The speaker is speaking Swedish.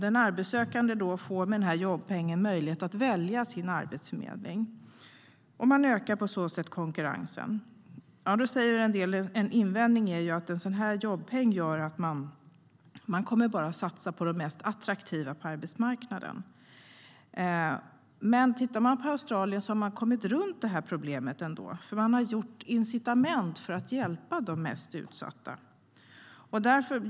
Den arbetssökande får med jobbpengen möjlighet att välja sin arbetsförmedling. På så sätt ökar konkurrensen. En invändning är att en sådan här jobbpeng gör att man bara kommer att satsa på de mest attraktiva på arbetsmarknaden. Men i Australien har man kommit runt det problemet genom incitament för att hjälpa de mest utsatta.